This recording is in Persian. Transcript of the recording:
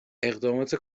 اقدامات